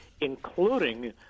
including